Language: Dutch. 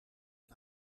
een